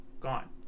Gone